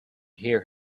hear